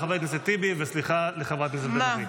חבר הכנסת טיבי וסליחה לחברת הכנסת בן ארי.